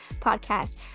podcast